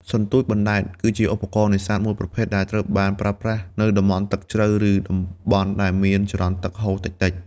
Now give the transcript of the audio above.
សន្ទូចបណ្ដែត គឺជាឧបករណ៍នេសាទមួយប្រភេទដែលត្រូវបានប្រើប្រាស់នៅតំបន់ទឹកជ្រៅ ឬតំបន់ដែលមានចរន្តទឹកហូរតិចៗ។